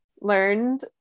learned